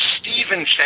Stephen